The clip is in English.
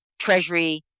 Treasury